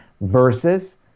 versus